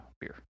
beer